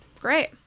Great